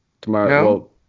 Tomorrow